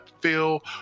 feel